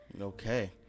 Okay